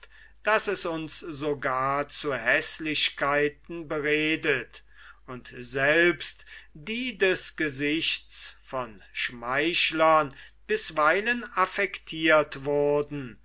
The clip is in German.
daß es uns sogar zu häßlichkeiten beredet und selbst die des gesichts von schmeichlern bisweilen affektirt wurden